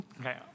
Okay